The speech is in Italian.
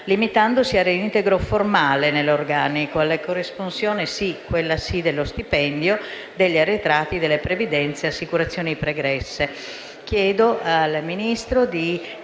limitandosi al reintegro formale nell'organico e alla corresponsione - quella sì - dello stipendio, degli arretrati, delle previdenze e assicurazioni pregresse.